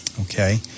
Okay